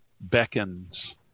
beckons